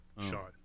shot